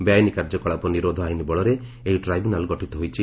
ବେଆଇନ କାର୍ଯ୍ୟକଳାପ ନିରୋଧ ଆଇନ ବଳରେ ଏହି ଟ୍ରାଇବୁନାଲ୍ ଗଠିତ ହୋଇଛି